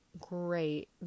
great